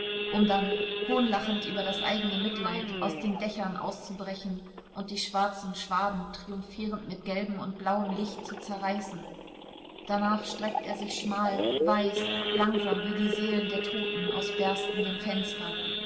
um dann hohnlachend über das eigene mitleid aus den dächern auszubrechen und die schwarzen schwaden triumphierend mit gelbem und blauem licht zu zerreißen danach streckt er sich schmal weiß langsam wie die seelen der toten aus berstenden fenstern